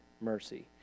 mercy